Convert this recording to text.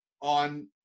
on